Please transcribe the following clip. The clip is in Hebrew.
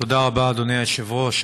תודה רבה, אדוני היושב-ראש.